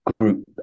Group